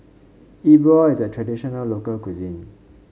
Yi Bua is a traditional local cuisine